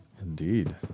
Indeed